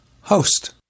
host